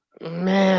man